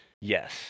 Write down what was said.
Yes